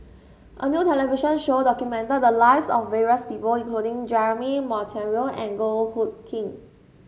a new television show documented the lives of various people including Jeremy Monteiro and Goh Hood Keng